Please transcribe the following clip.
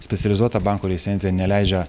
specializuoto banko licencija neleidžia